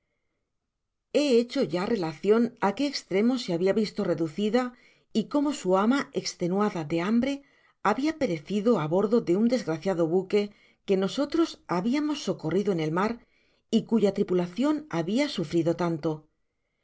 he hecho ya relacion á que estremo se habia visto re ducida y cómo su ama estenuada de hambre habia perecido á bordo de un desgraciado buque que nosotros habiamos socorrido en el mar y cuya tripulacion habia sufrido tanto